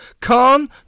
Khan